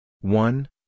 one